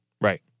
Right